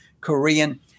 Korean